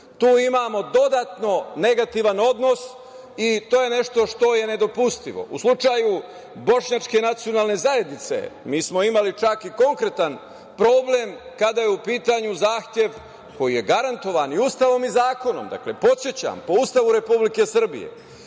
Tu imamo dodatno negativan odnos i to je nešto što je nedopustivo. U slučaju Bošnjačke nacionalne zajednice mi smo imali čak i konkretan problem kada je u pitanju zahtev, koji je garantovan i Ustavom i zakonom. Podsećam, po Ustavu Republike Srbije